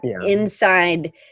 inside